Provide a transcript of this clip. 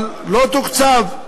אבל לא תוקצב.